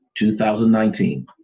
2019